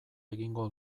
egingo